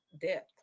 Death